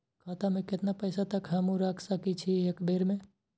खाता में केतना पैसा तक हमू रख सकी छी एक बेर में?